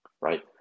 right